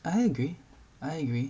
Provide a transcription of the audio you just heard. I agree I agree